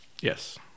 Yes